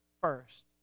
first